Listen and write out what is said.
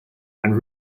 and